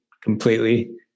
completely